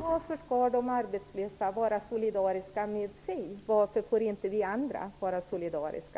Varför skall de arbetslösa vara solidariska med sig själva? Varför får inte vi andra vara solidariska?